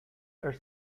are